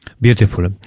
Beautiful